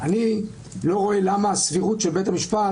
אני לא רואה למה הסבירות של בית המשפט